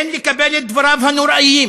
אין לקבל את דבריו הנוראים